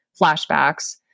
flashbacks